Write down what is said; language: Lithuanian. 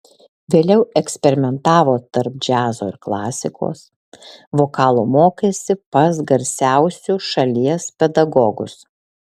vėliau eksperimentavo tarp džiazo ir klasikos vokalo mokėsi pas garsiausiu šalies pedagogus